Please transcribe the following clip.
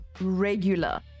regular